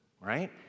right